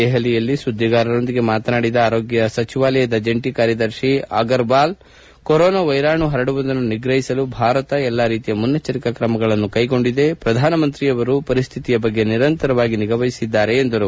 ದೆಹಲಿಯಲ್ಲಿ ಸುಧ್ಗಿಗಾರರೊಂದಿಗೆ ಮಾತನಾಡಿದ ಆರೋಗ್ನ ಸಚಿವಾಲಯದ ಜಂಟಿ ಕಾರ್ಯದರ್ಶಿ ಲಾವ್ ಅಗರವಾಲ್ ಕೊರೋನಾ ವೈರಾಣು ಪರಡುವುದನ್ನು ನಿಗ್ರಹಿಸಲು ಭಾರತ ಎಲ್ಲಾ ರೀತಿಯ ಮನ್ನೆಚ್ಲರಿಕಾ ಕ್ರಮವನ್ನು ಕೈಗೊಂಡಿದೆ ಹಾಗೂ ಪ್ರಧಾನಮಂತ್ರಿ ನರೇಂದ್ರ ಮೋದಿ ಪರಿಸ್ವಿತಿಯ ಬಗ್ಗೆ ನಿರಂತರವಾಗಿ ನಿಗಾ ವಹಿಸಿದ್ದಾರೆ ಎಂದು ಹೇಳಿದರು